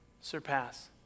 surpass